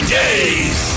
days